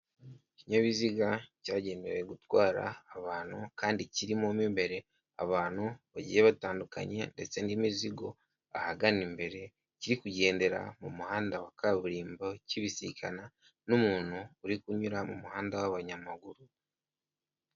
Ikinyabiziga cyagenewe gutwara abantu, kandi kiri mumo imbere abantu bagiye batandukanye, ndetse n'imizigo ahagana imbere, kiri kugendera mu muhanda wa kaburimbo, kibisikana n'umuntu uri kunyura mu muhanda w'abanyamaguru.